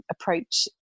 approach